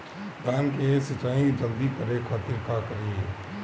धान के सिंचाई जल्दी करे खातिर का करी?